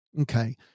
Okay